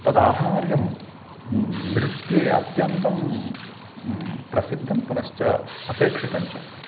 तद् आहार्यं नृत्ये अत्यन्तं प्रसिद्धं पुनश्च अपेक्षितं च